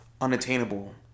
unattainable